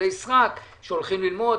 סרק שהולכים ללמוד.